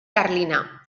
carlina